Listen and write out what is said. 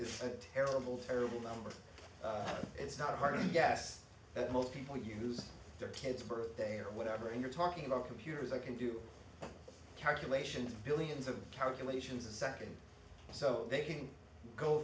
is a terrible terrible number it's not hard to guess that most people use their kid's birthday or whatever and you're talking about computers i can do calculations billions of car conditions a second so they can go